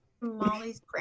Molly's